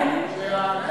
ואחר כך נמשיך.